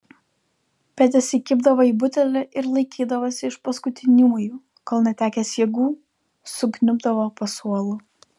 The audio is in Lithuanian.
bet įsikibdavo į butelį ir laikydavosi iš paskutiniųjų kol netekęs jėgų sukniubdavo po suolu